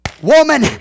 Woman